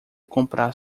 comprar